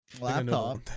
Laptop